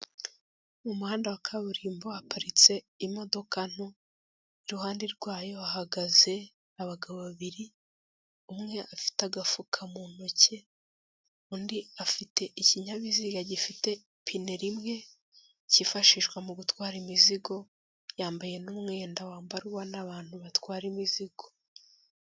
Mu muhanda wa kaburimbo haparitse imodoka nto, iruhande rwayo hahagaze abagabo babiri, umwe afite agafuka mu ntoki, undi afite ikinyabiziga gifite ipine rimwe, cyifashishwa mu gutwara imizigo, yambaye n'umwenda wambarwa n'abantu batwara imizigo.